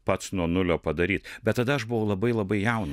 pats nuo nulio padaryt bet tada aš buvau labai labai jauna